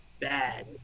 Bad